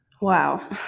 Wow